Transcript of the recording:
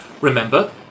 remember